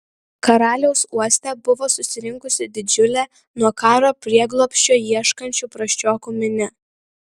karaliaus uoste buvo susirinkusi didžiulė nuo karo prieglobsčio ieškančių prasčiokų minia